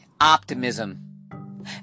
optimism